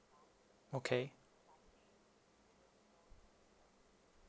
okay